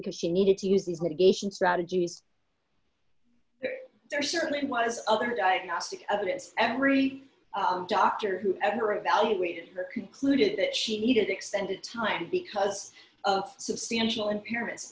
because she needed to use these medications strategies there certainly was other diagnostic evidence every doctor who ever evaluated her concluded that she needed extended time because of substantial and parents